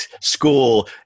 school